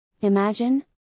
Imagine